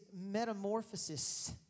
metamorphosis